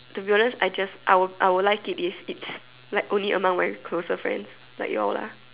to be honest I just I will I will like it if it's like only among my close friends like ya'll lah